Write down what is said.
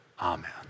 Amen